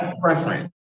preference